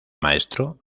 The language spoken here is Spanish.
maestro